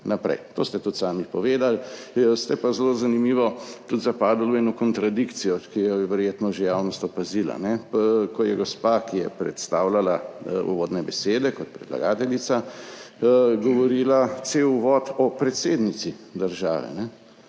To ste tudi sami povedali. Ste pa, zelo zanimivo, tudi zapadli v eno kontradikcijo, ki jo je verjetno že javnost opazila: ko je gospa, ki je predstavljala uvodne besede kot predlagateljica, govorila cel uvod o predsednici države,